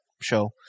show